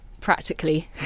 practically